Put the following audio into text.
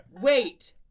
Wait